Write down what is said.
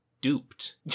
duped